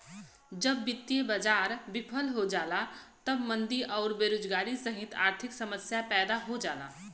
जब वित्तीय बाजार विफल हो जाला तब मंदी आउर बेरोजगारी सहित आर्थिक समस्या पैदा हो जाला